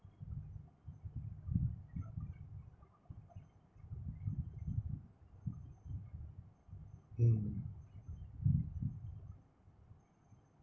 mm